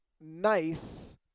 nice